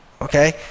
okay